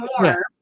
more